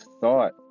thought